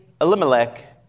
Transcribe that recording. Elimelech